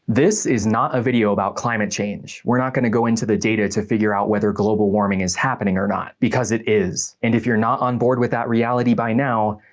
this is not a video about climate change, we're not going to go into the data to figure out whether global warming is happening or not. because it is. and if you're not on board with that reality by now,